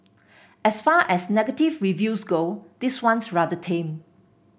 as far as negative reviews go this one's rather tame